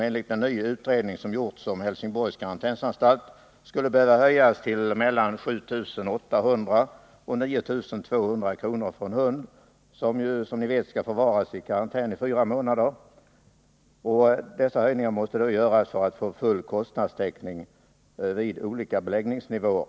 Enligt en helt ny utredning som gjorts om 26 mars 1980 Helsingborgs karantänanstalt skulle avgiften för en hund, som ju skall förvaras i fyra månader, behöva höjas till mellan 7 800 och 9 200 kr. för att Anslag inom jordman skall få full kostnadstäckning vid olika beläggningsnivåer.